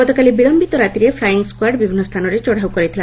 ଗତକାଲି ବିଳୟିତ ରାତିରେ ଫ୍ଲାଇଂ ସ୍ୱାଡ୍ ବିଭିନ୍ନ ସ୍ଚାନରେ ଚଢ଼ଉ କରିଥିଲା